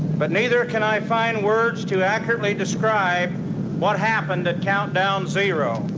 but neither can i find words to accurately describe what happened at countdown zero.